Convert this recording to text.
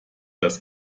das